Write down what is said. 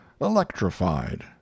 electrified